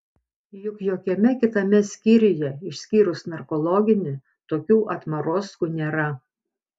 juk jokiame kitame skyriuje išskyrus narkologinį tokių atmarozkų nėra